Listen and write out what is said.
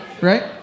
Right